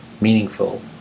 meaningful